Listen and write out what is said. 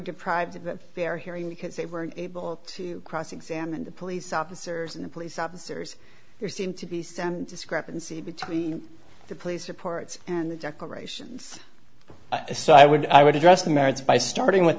deprived of a fair hearing because they were able to cross examine the police officers and the police officers there seemed to be sent discrepancy between the police reports and the decorations so i would i would address the merits by starting with